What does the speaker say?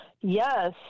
Yes